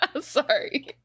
Sorry